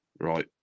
right